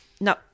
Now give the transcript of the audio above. no